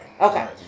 Okay